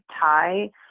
tie